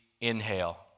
inhale